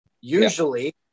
usually